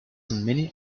many